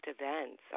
events